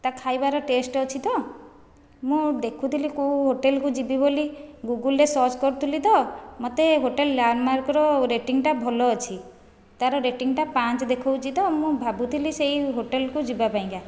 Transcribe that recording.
ତା ଖାଇବାର ଟେଷ୍ଟ୍ ଅଛି ତ ମୁଁ ଦେଖୁଥିଲି କେଉଁ ହୋଟେଲ୍କୁ ଯିବି ବୋଲି ଗୁଗୁଲ୍ରେ ସର୍ଚ୍ଚ୍ କରୁଥିଲି ତ ମୋତେ ହୋଟେଲ୍ ଲ୍ୟାଣ୍ଡମାର୍କ୍ର ରେଟିଙ୍ଗ୍ଟା ଭଲ ଅଛି ତା'ର ରେଟିଙ୍ଗ୍ଟା ପାଞ୍ଚ ଦେଖାଉଛି ତ ମୁଁ ଭାବୁଥିଲି ସେଇ ହୋଟେଲ୍କୁ ଯିବା ପାଇଁ କା